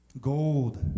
Gold